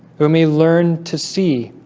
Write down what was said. who may learn to see?